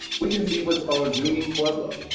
we can see what's on the zuni pueblo,